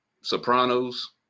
Sopranos